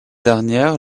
dernière